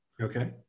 Okay